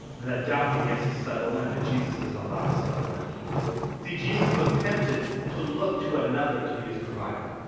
that doubt begins to settle in but jesus doesn't allow to settle in see jesus was tempted to look to another to be his provider.